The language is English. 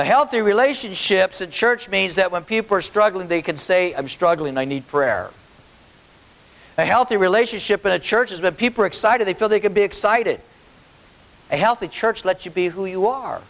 a healthy relationships a church means that when people are struggling they can say i'm struggling i need prayer a healthy relationship in a church is what people are excited they feel they could be excited and healthy church let you be who